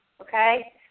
okay